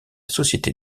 société